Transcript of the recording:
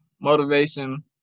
motivation